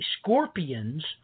scorpions